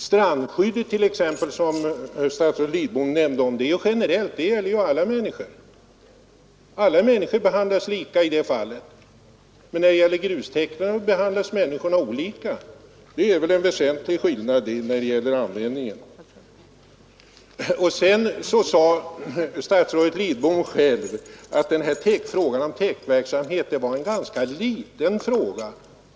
Strandskyddet t.ex., som statsrådet Lidbom nämnde, är generellt, och alla människor behandlas lika i det fallet. Men när det gäller grustäkterna behandlas människorna olika, och det är väl en väsentlig skillnad! Sedan sade statsrådet Lidbom själv att frågan om täktverksamhet var ganska liten.